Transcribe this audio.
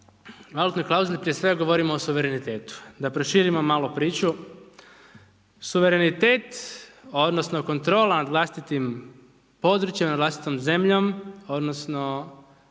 valutnoj klauzuli, prije svega govorimo o suvremenitetu, da proširimo malo priču, suverenitet, odnosno, kontrola nad vlastitim područjem, nad vlastitom zemljom, odnosno,